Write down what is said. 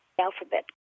alphabet